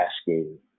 asking